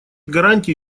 гарантии